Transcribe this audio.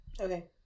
Okay